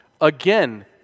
Again